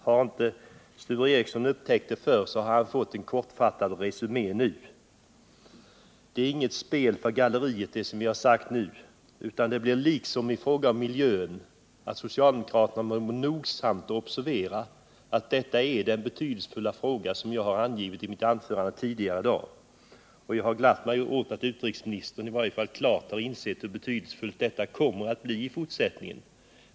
Har inte Sture Ericson upptäckt vår linje förut, så har han fått en resumé nu. Det jag nu sagt är inget spel för galleriet, utan liksom i fråga om miljön bör socialdemokraterna nogsamt observera att det är en betydelsefull fråga som jag tagit upp i mitt tidigare anförande i dag. Jag har glatt mig åt att i varje fall utrikesministern har insett hur betydelsefullt detta kommer att bli i fortsättningen.